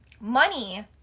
money